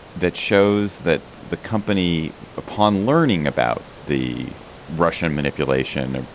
that shows that the company upon learning about the russian manipulation. and